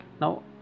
now